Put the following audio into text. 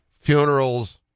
funerals